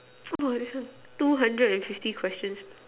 !wah! this one two hundred and fifty questions